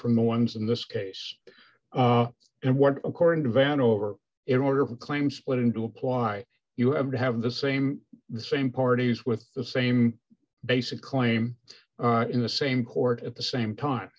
from the ones in this case and what according to van over in order to claim splitting to apply you have to have the same the same parties with the same basic claim in the same court at the same time